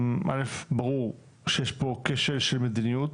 אל"ף ברור שיש פה כשל של מדיניות.